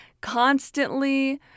constantly